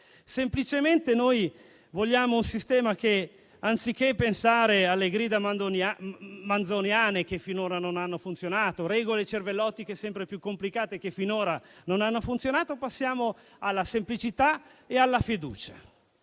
Semplicemente noi vogliamo un sistema che, anziché pensare alle grida manzoniane che finora non hanno funzionato, e regole cervellotiche sempre più complicate che finora non hanno funzionato, pensiamo alla semplicità e alla fiducia.